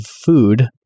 food